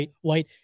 White